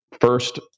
first